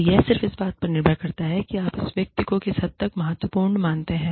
तो यह सिर्फ इस बात पर निर्भर करता है कि आप इस व्यक्ति को किस हद तक महत्वपूर्ण मानते हैं